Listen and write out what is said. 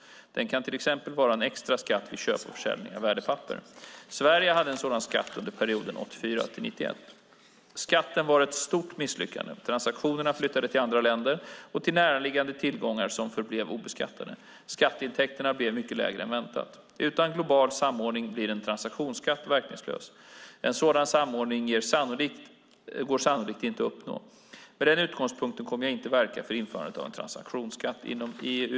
Det kan till exempel vara en extra skatt vid köp och försäljning av värdepapper. Sverige hade en sådan skatt under perioden 1984 till 1991. Skatten var ett stort misslyckande. Transaktionerna flyttade till andra länder och till närliggande tillgångar som förblev obeskattade. Skatteintäkterna blev mycket lägre än väntat. Utan global samordning blir en transaktionsskatt verkningslös. En sådan samordning går sannolikt inte att uppnå. Med den utgångspunkten kommer jag inte att verka för införandet av en transaktionsskatt inom EU.